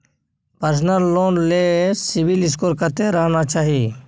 Personal loan ले CIBIL score कत्ते रहना चाही?